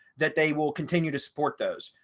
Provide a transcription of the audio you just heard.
that they will continue to support those.